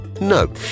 No